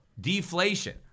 deflation